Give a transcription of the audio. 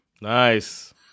Nice